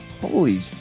holy